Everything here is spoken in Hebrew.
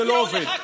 זה לא עובד.